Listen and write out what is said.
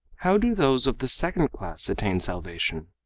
how do those of the second class attain salvation?